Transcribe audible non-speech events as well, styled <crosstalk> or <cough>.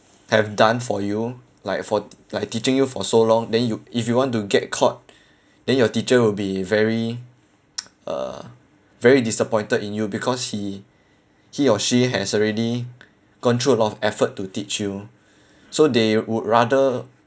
have done for you like for like teaching you for so long then you if you want to get caught then your teacher will be very <noise> uh very disappointed in you because he he or she has already gone through a lot of effort to teach you so they would rather